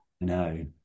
no